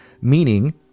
meaning